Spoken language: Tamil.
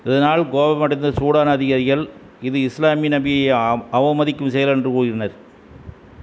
இதனால் கோபமடைந்த சூடான அதிகாரிகள் இது இஸ்லாமிய நபியை அவமதிக்கும் செயல் என்று கூறினர்